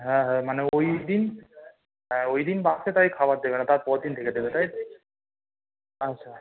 হ্যাঁ হ্যাঁ মানে ওই দিন হ্যাঁ ওই দিন বাসে তাই খাবার দেবে না তার পর দিন থেকে দেবে তাই আচ্ছা